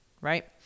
right